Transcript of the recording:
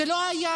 זה לא היה,